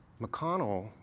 McConnell